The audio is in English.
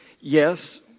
Yes